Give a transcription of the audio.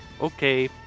Okay